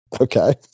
Okay